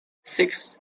six